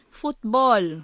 football